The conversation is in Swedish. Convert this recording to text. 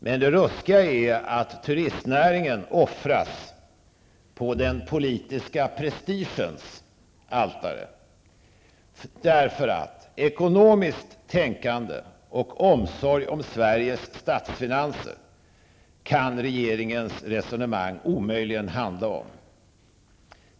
Men det ruskiga är att turistnäringen offras på den politiska prestigens altare. Ekonomiskt tänkande och omsorg om Sveriges statsfinanser kan regeringens resonemang omöjligen handla om.